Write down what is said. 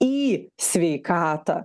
į sveikatą